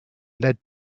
led